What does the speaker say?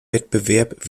wettbewerb